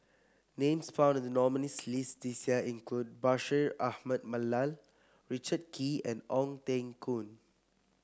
names found in the nominees' list this year include Bashir Ahmad Mallal Richard Kee and Ong Teng Koon